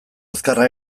azkarra